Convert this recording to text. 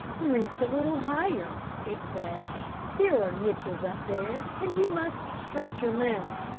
reach, a little higher it said there are niches up there, and you must stretch your limbs.